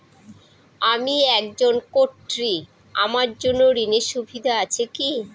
আমি একজন কট্টি আমার জন্য ঋণের সুবিধা আছে কি?